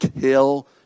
kill